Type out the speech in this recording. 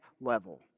level